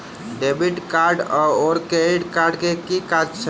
Debit card आओर credit card केँ की काज छैक?